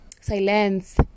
silence